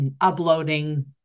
uploading